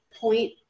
point